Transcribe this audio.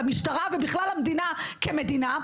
למשטרה ובכלל למדינה כמדינה,